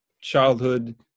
childhood